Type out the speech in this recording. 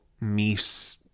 meet